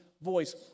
voice